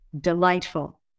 delightful